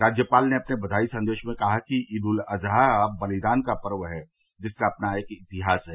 राज्यपाल ने अपने बधाई संदेश में कहा है कि ईद उल अजहा बलिदान का पर्व है जिसका अपना एक इतिहास है